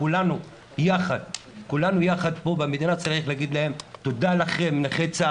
כולנו יחד פה במדינה צריך להגיד להם תודה לכם נכי צה"ל,